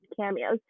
cameos